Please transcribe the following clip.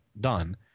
done